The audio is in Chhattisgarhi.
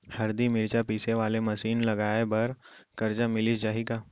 हरदी, मिरचा पीसे वाले मशीन लगाए बर करजा मिलिस जाही का?